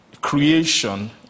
creation